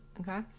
okay